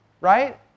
right